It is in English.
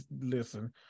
Listen